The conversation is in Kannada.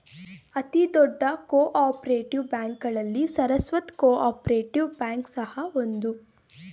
ಅತಿ ದೊಡ್ಡ ಕೋ ಆಪರೇಟಿವ್ ಬ್ಯಾಂಕ್ಗಳಲ್ಲಿ ಸರಸ್ವತ್ ಕೋಪರೇಟಿವ್ ಬ್ಯಾಂಕ್ ಸಹ ಒಂದು